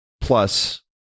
Plus